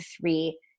three